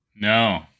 No